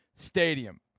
stadium